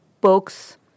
books